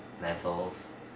metals